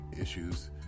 issues